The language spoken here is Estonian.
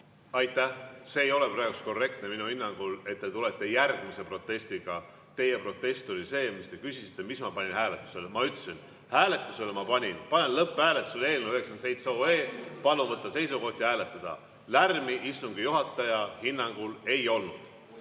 Aitäh! See ei ole korrektne minu hinnangul, et te tulete järgmise protestiga. Teie protest oli see, mis te küsisite: mis ma panin hääletusele. Ma ütlesin, et hääletusele ma panin: "Panen lõpphääletusele eelnõu 97. Palun võtta seisukoht ja hääletada!" Lärmi istungi juhataja hinnangul ei olnud.